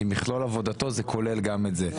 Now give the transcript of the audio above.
כמכלול עבודתו זה כולל גם את זה.